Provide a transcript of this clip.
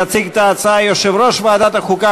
יציג את ההצעה יושב-ראש ועדת החוקה,